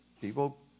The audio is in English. people